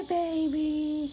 baby